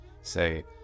say